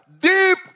Deep